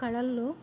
కళల్లో